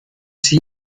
sie